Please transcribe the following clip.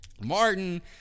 Martin